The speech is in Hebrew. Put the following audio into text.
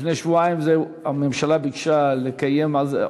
לפני שבועיים הממשלה ביקשה לקיים על זה,